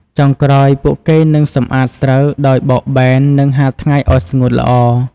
ចុងក្រោយ ពួកគេនឹងសំអាតស្រូវដោយបោកបែន និងហាលថ្ងៃឱ្យស្ងួតល្អ។